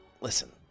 listen